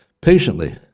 Patiently